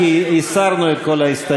הוועדה, כי הסרנו את כל ההסתייגויות.